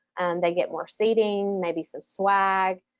they get more seating, maybe some swag,